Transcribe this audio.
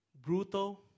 Brutal